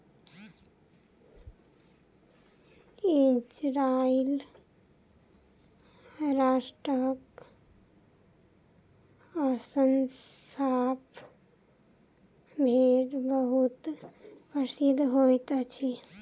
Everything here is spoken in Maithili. इजराइल राष्ट्रक अस्साफ़ भेड़ बहुत प्रसिद्ध होइत अछि